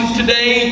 today